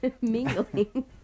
mingling